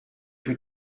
tout